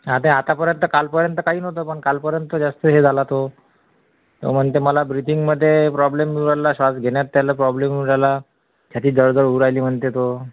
हां ते आतापर्यंत कालपर्यंत काही नव्हतं पण कालपर्यंत जास्त हे झाला तो म्हणते मला ब्रीदिंगमध्ये प्रॉब्लेम होऊन राहिला श्वास घेण्यात त्याला प्रॉब्लेम होऊन राहिला छातीत जळजळ होऊ राहिली म्हणते तो